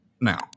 now